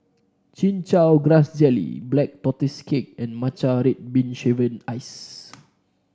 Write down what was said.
Chin Chow Grass Jelly Black Tortoise Cake and Matcha Red Bean Shaved Ice